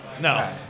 No